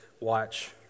watch